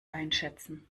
einschätzen